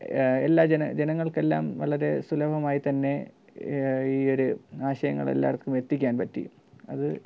എല്ലാ ജന ജനങ്ങൾക്കെല്ലാം വളരെ സുലഭമായിത്തന്നെ ഈ ഒരു ആശയങ്ങളെല്ലാവർക്കും എത്തിക്കാൻ പറ്റി അത്